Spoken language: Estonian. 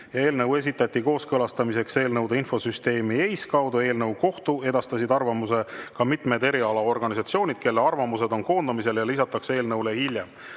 Eelnõu esitati kooskõlastamiseks eelnõude infosüsteemi EIS kaudu. Eelnõu kohta edastasid arvamuse ka mitmed erialaorganisatsioonid, kelle arvamused on koondamisel ja lisatakse eelnõule hiljem.